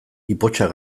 ipotxak